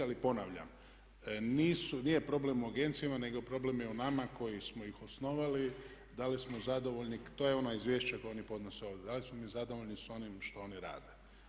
Ali ponavljam nije problem u agencijama nego je problem u nama koji smo ih osnovali, da li smo zadovoljni, to su ona izvješća koja oni podnose ovdje, da li smo mi zadovoljni s onim što oni rade.